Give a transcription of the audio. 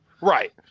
Right